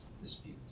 disputes